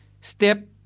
Step